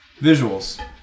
Visuals